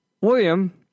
William